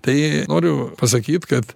tai noriu pasakyt kad